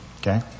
Okay